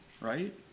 Right